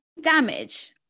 damage